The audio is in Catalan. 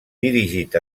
dirigit